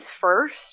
first